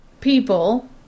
people